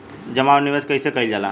जमा और निवेश कइसे कइल जाला?